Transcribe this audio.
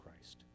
Christ